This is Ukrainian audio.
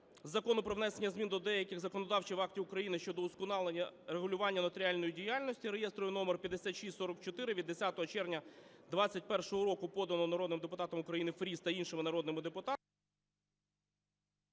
Закону про внесення змін до деяких законодавчих актів України щодо удосконалення регулювання нотаріальної діяльності (реєстровий номер 5644) (від 10 червня 2021 року), поданий народним депутатом України Фрісом та іншими народними депутатами…